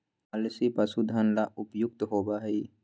अलसी पशुधन ला उपयुक्त होबा हई